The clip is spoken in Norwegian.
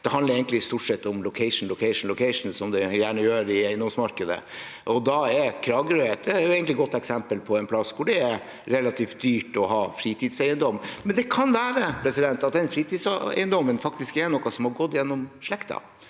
Det handler stort sett om «location, location, location», som det gjerne gjør i eiendomsmarkedet. Da er Kragerø egentlig et godt eksempel på en plass hvor det er relativt dyrt å ha fritidseiendom. Men det kan være at den fritidseiendommen faktisk er noe som har gått gjennom slekten,